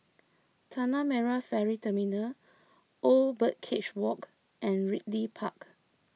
Tanah Merah Ferry Terminal Old Birdcage Walk and Ridley Park